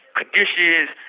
conditions